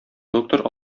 доктор